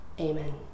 Amen